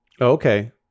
Okay